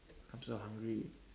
I'm so hungry